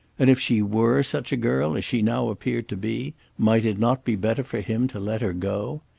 and if she were such a girl as she now appeared to be, might it not be better for him to let her go?